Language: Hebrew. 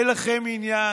אין לכם עניין,